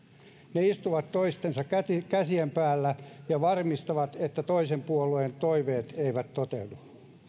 ne istuvat toistensa käsien päällä ja varmistavat että toisen puolueen toiveet eivät toteudu